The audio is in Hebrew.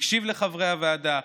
הקשיב לחברי הוועדה,